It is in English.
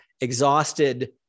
exhausted